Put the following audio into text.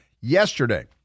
yesterday